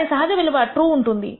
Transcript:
దాని సహజ విలువ TRUE ఉంటుంది